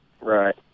Right